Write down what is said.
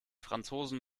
franzosen